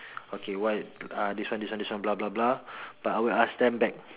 okay why uh this one this one blah blah blah but I will ask them back